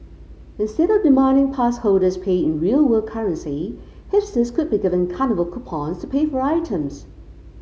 instead of demanding pass holders pay in real world currency hipsters could be given carnival coupons to pay for items